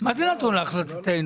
מה זה נתון להחלטתנו,